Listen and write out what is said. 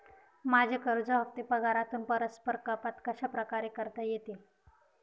माझे कर्ज हफ्ते पगारातून परस्पर कपात कशाप्रकारे करता येतील?